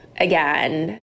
again